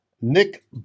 Nick